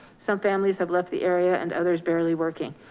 some families have left the area and others barely working.